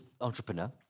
entrepreneur